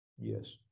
Yes